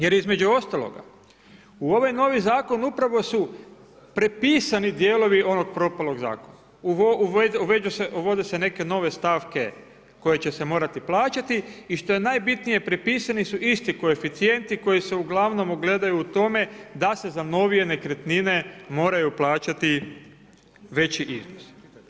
Jer između ostaloga u ovaj novi zakon upravo su prepisani dijelovi onog propalog zakona, uvode se neke nove stavke koje će se morati plaćati i što je najbitnije prepisani su isti koeficijenti koji se uglavnom ogledaju u tome da se za novije nekretnine moraju plaćati veći iznosi.